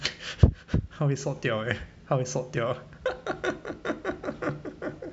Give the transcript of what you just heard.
她会 sot 掉 eh 她会 sot 掉